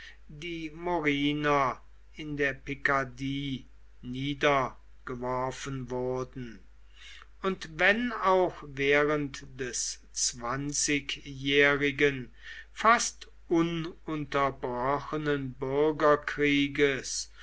die moriner in der picardie niedergeworfen wurden und wenn auch während des zwanzigjährigen fast ununterbrochenen bürgerkrieges